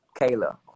Kayla